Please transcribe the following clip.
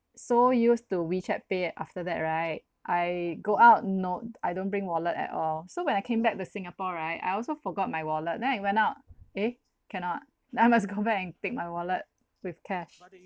so used to wechat pay after that right I go out not I don't bring wallet at all so when I came back to singapore right I also forgot my wallet then I went out eh cannot then I must go back and take my wallet with cash